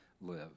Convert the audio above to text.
live